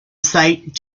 sight